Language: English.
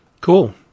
cool